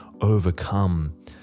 overcome